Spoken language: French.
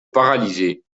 paralysé